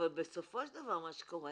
אבל בסופו של דבר מה שקורה